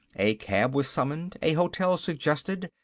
a cab was summoned, a hotel suggested.